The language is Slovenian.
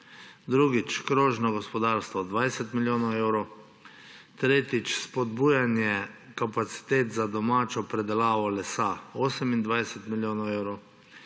drugič, krožno gospodarstvo – 20 milijonov evrov; tretjič, spodbujanje kapacitet za domačo predelavo lesa – 28 milijonov evrov;